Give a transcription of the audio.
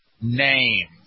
name